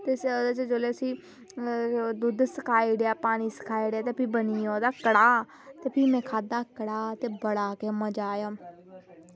ते ओह्दे च जेल्लै उसी दुद्ध पाई ओड़ेआ पानी सुकाई ओड़ेआ ते भी ओह्दा बनी गेआ कड़ाह् ते भी में ओह्दा बनाया कड़ाह् ते मिगी बड़ा गै मज़ा आया